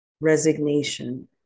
resignation